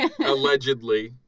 Allegedly